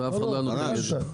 אף אחד לא היה נותן לי את זה.